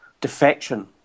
defection